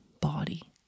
body